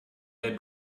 der